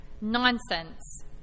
Nonsense